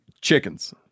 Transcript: chickens